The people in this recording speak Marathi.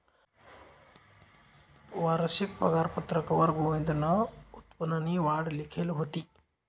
वारशिक पगारपत्रकवर गोविंदनं उत्पन्ननी वाढ लिखेल व्हती